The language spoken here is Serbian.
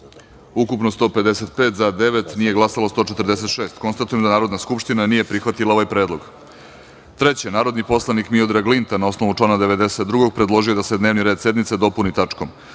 za – devete, nije glasalo 146.Konstatujem da Narodna skupština nije prihvatila ovaj predlog. Narodni poslanik Miodrag Linta na osnovu člana 92. predložio je da se dnevni red sednice dopuni tačkom